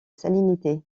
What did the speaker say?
salinité